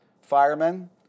firemen